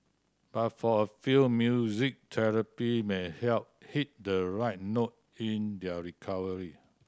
but for a few music therapy may help hit the right note in their recovery